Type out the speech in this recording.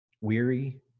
Weary